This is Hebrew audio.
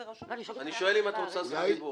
אני שואל אם את רוצה זכות דיבור.